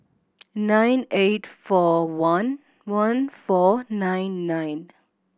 nine eight four one one four nine nine